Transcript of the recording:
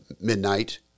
midnight